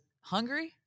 hungry